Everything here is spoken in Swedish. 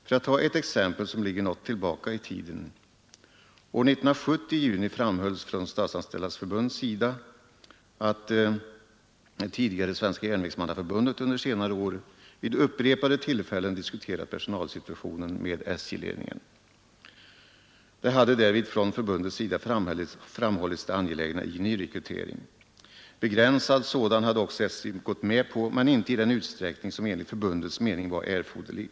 För att ta ett exempel som ligger något tillbaka i tiden: År 1970 i juni framhölls från Statsanställdas förbund, att tidigare Svenska järnvägsmannaförbundet under senare år vid upprepade tillfällen diskuterat personalsituationen med SJ-ledningen. Det hade därvid från förbundets sida framhållits det angelägna i nyrekrytering. Begränsad sådan hade också SJ gått med på, men inte i den utsträckning som enligt förbundets mening var erforderlig.